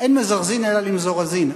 אין מזרזין אלא למזורזין.